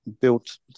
built